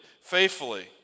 faithfully